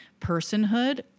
personhood